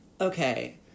Okay